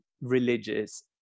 religious